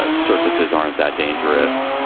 ah surfaces aren't that dangerous.